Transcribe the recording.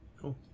Cool